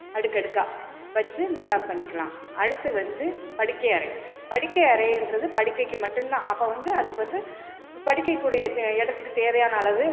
அடுக்கடுக்காக வச்சி நல்லாப் பண்ணிக்கலாம் அடுத்து வந்து படுக்கை அறை படுக்கை அறையின்றது படுக்கைக்கு மட்டுந்தான் அப்போ வந்து அதுக்கு வந்து படுக்கைக்குரிய இடத்துக்குத் தேவையான அளவு